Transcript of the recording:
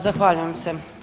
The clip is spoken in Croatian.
Zahvaljujem se.